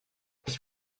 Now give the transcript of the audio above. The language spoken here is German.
ich